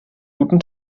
guten